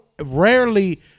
rarely